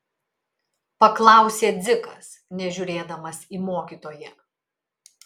paklausė dzikas nežiūrėdamas į mokytoją